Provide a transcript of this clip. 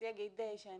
אני